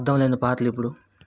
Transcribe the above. అర్థం లేని పాటలు ఇప్పుడు